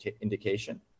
indication